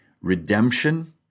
redemption